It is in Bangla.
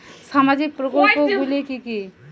সামাজিক প্রকল্প গুলি কি কি?